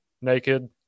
Naked